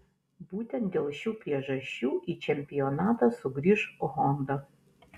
būtent dėl šių priežasčių į čempionatą sugrįš honda